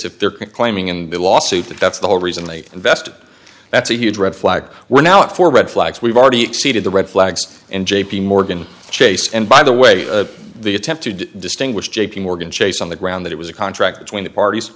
if they're claiming in the lawsuit that that's the whole reason they invested that's a huge red flag we're now at four red flags we've already exceeded the red flags in j p morgan chase and by the way the attempt to distinguish j p morgan chase on the grounds that it was a contract between the parties